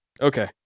Okay